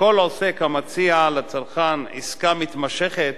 שכל עוסק המציע לצרכן עסקה מתמשכת